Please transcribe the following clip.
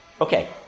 Okay